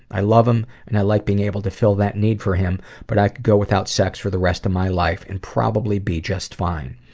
i love him, and i like being able to fulfill that need for him, but i could go without sex for the rest of my life and probably be just fine.